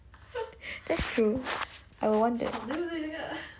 that's true I would want that